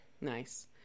Nice